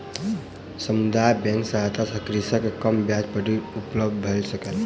समुदाय बैंकक सहायता सॅ कृषक के कम ब्याज पर ऋण उपलब्ध भ सकलै